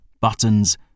buttons